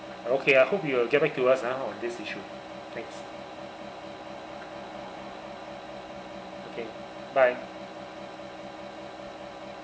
okay I hope you'll get back to us ah on this issue thanks okay bye